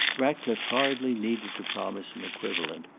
ratcliffe hardly needed to promise an equivalent.